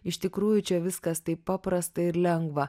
iš tikrųjų čia viskas taip paprasta ir lengva